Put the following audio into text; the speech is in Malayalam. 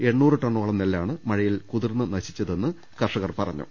എണ്ണൂറ് ടണ്ണോളം നെല്ലാണ് മഴയിൽ കുതിർന്ന് നശിച്ചതെന്ന് കർഷകർ പറ ഞ്ഞു